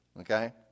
Okay